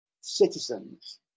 citizens